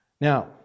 Now